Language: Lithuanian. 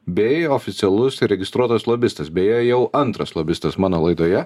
bei oficialus įregistruotas lobistas beje jau antras lobistas mano laidoje